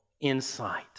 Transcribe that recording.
insight